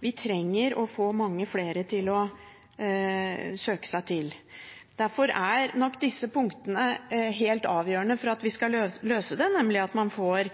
vi trenger å få mange flere til å søke seg til. Derfor er nok disse punktene helt avgjørende for at vi skal løse dem – nemlig at man får